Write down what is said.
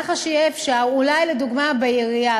ככה שיהיה אפשר אולי לדוגמה בעירייה,